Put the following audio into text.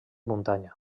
muntanya